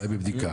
אולי בבדיקה.